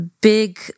big